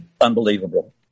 unbelievable